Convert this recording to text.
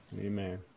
Amen